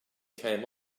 came